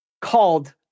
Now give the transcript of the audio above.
called